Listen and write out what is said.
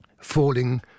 falling